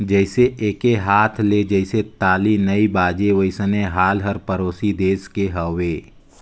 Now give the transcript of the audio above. जइसे एके हाथ ले जइसे ताली नइ बाजे वइसने हाल हर परोसी देस के हवे